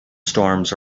storms